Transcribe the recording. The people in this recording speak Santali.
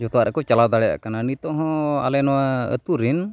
ᱡᱚᱛᱚᱣᱟᱜ ᱨᱮᱠᱚ ᱪᱟᱞᱟᱣ ᱫᱟᱲᱮᱭᱟᱜ ᱠᱟᱱᱟ ᱱᱤᱛᱚᱜ ᱦᱚᱸ ᱟᱞᱮ ᱱᱚᱣᱟ ᱟᱹᱛᱩᱨᱤᱱ